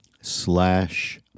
slash